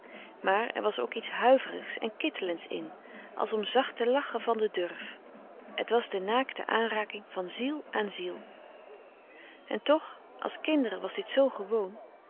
maar er was ook iets huiverigs en kittelends in als om zacht te lachen van den durf het was de naakte aanraking van ziel aan ziel en toch als kinderen was dit zoo gewoon